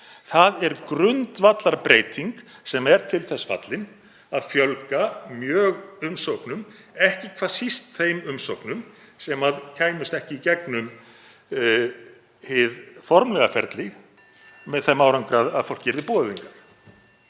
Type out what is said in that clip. Það er grundvallarbreyting sem er til þess fallin að fjölga mjög umsóknum, ekki hvað síst þeim umsóknum sem kæmust ekki í gegnum hið formlega ferli (Forseti hringir.) með þeim árangri